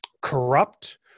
corrupt